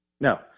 No